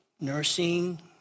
nursing